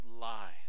lies